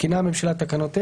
מתקינה המשלה תקנות אלה: